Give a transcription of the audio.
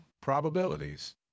probabilities